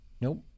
Nope